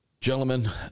Gentlemen